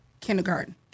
Kindergarten